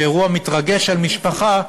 כשאירוע מתרגש על משפחה,